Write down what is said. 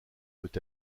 peut